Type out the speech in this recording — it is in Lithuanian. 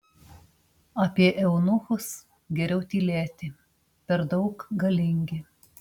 apie eunuchus geriau tylėti per daug galingi